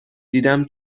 دیدم